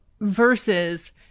versus